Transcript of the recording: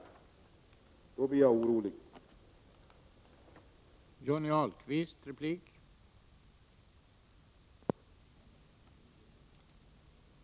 Det gör mig orolig.